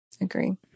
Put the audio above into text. agree